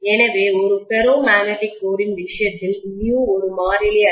எனவே ஒரு ferromagnetic கோரின் விஷயத்தில் μ ஒரு மாறிலி அல்ல